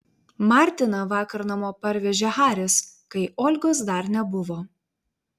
martiną vakar namo parvežė haris kai olgos dar nebuvo